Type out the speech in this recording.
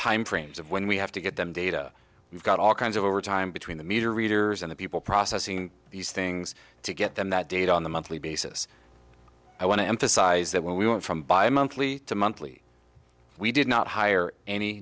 time frames of when we have to get them data we've got all kinds of overtime between the meter readers and the people processing these things to get them that data on the monthly basis i want to emphasize that when we went from buy monthly to monthly we did not hire any